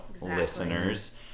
listeners